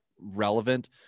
relevant